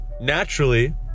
naturally